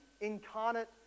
incarnate